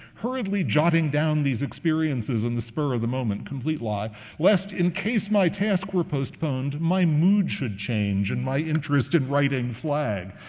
hurriedly jotting down these experiences in the spur of the moment complete lie lest, in case my task were postponed, my mood should change and my interest in writing flag.